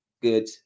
Good